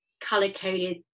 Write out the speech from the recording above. color-coded